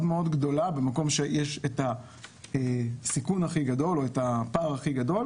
מאוד גדולה במקום שיש את הסיכון או את הפער הכי גדול,